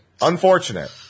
Unfortunate